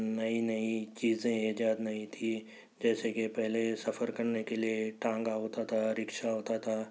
نئی نئی چیزیں ایجاد نہیں تھیں جیسے کہ پہلے سفر کرنے کے لئے ٹانگا ہوتا تھا رکشہ ہوتا تھا